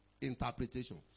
interpretation